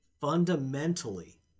fundamentally